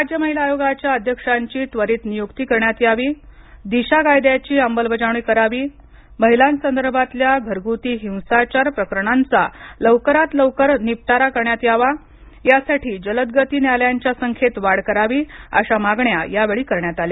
राज्य महिला आयोगाच्या अध्यक्षांची त्वरित नियुक्ती करण्यात यावी दिशा कायद्याची अंमलबजावणी करावी महिलांसंदर्भातल्या घरगुती हिंसाचार प्रकरणांचा लवकरात लवकर निपटारा करण्यात यावा यासाठी जलदगती न्यायालयांच्या संख्येत वाढ करावी अशा मागण्या यावेळी करण्यात आल्या